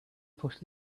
pushed